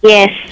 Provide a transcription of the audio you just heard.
Yes